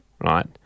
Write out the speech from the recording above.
Right